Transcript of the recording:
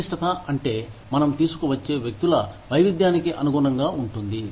సంక్లిష్టత అంటే మనం తీసుకువచ్చే వ్యక్తుల వైవిధ్యానికి అనుగుణంగా ఉంటుంది